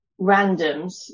randoms